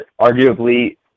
arguably